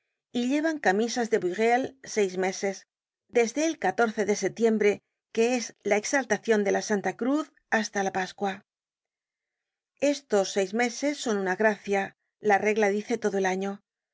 y llevan camisas de buriel seis meses desde el de setiembre que es la exaltacion de la santa cruz hasta la pascua estos seis meses son una gracia la regla dice todo el año